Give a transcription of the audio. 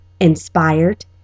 inspired